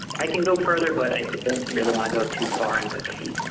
i can go further but i really want to go too far into